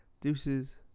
Deuces